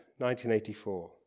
1984